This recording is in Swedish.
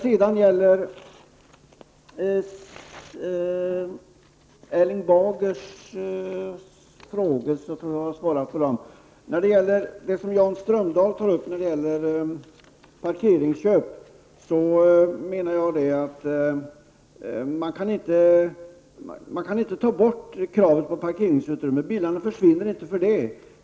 Jan Strömdahl tar upp frågan om parkeringsköp. Jag menar att man inte kan ta bort kravet på parkeringsutrymme. Bilarna försvinner inte för det.